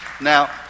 Now